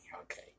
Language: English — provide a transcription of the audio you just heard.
Okay